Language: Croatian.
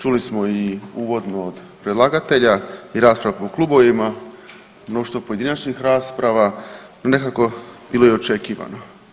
Čuli smo i uvodno od predlagatelja i raspravu po klubovima, mnoštvo pojedinačnih rasprava što je nekako bilo i očekivano.